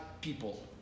people